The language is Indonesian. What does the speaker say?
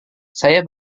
saya